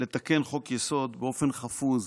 לתקן חוק-יסוד באופן חפוז,